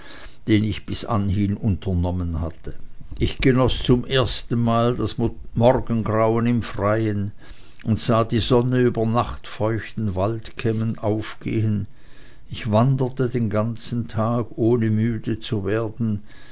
den ich bis dahin unternommen hatte ich genoß zum ersten male das morgengrauen im freien und sah die sonne über nachtfeuchten waldkämmen aufgehen ich wanderte den ganzen tag ohne müde zu werden